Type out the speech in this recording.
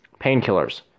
painkillers